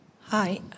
Hi